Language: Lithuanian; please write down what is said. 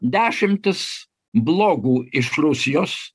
dešimtis blogų iš rusijos